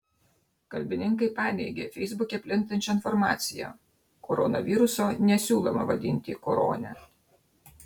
kalbininkai paneigė feisbuke plintančią informaciją koronaviruso nesiūloma vadinti korone